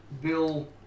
Bill